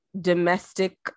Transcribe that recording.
Domestic